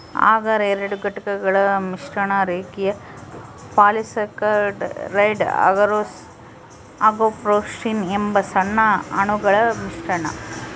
ಅಗರ್ ಎರಡು ಘಟಕಗಳ ಮಿಶ್ರಣ ರೇಖೀಯ ಪಾಲಿಸ್ಯಾಕರೈಡ್ ಅಗರೋಸ್ ಅಗಾರೊಪೆಕ್ಟಿನ್ ಎಂಬ ಸಣ್ಣ ಅಣುಗಳ ಮಿಶ್ರಣ